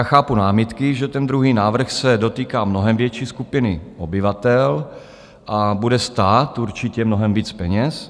Chápu námitky, že druhý návrh se dotýká mnohem větší skupiny obyvatel a bude stát určitě mnohem víc peněz.